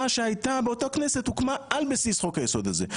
שהייתה באותה כנסת הוקמה על בסיס חוק היסוד הזה.